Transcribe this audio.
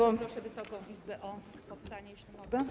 Bardzo proszę Wysoką Izbę o powstanie, jeśli mogę.